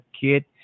kid